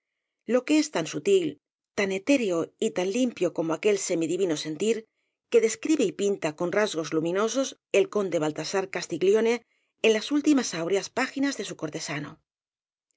lo que es tan sutil tan etéreo y tan limpio como aquel semi divino sentir que describe y pinta con rasgos lumi nosos el conde baltasar castiglione en las últimas áureas páginas de su cortesano